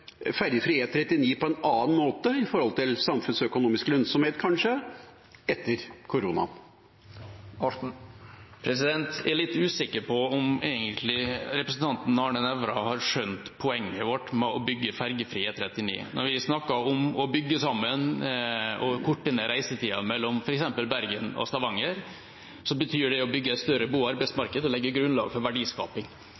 på en annen måte med tanke på samfunnsøkonomisk lønnsomhet etter koronaen? Jeg er litt usikker på om representanten Arne Nævra egentlig har skjønt poenget vårt med å bygge fergefri E39. Når vi snakker om å bygge sammen og korte ned reisetida mellom f.eks. Bergen og Stavanger, betyr det å bygge et større bo-